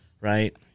right